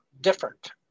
different